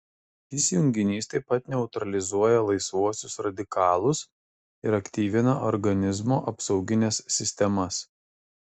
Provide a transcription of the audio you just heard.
šis junginys taip pat neutralizuoja laisvuosius radikalus ir aktyvina organizmo apsaugines sistemas